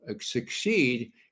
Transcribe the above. succeed